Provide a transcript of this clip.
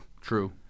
True